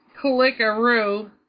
Click-a-roo